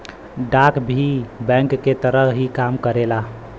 डाक भी बैंक के तरह ही काम करेला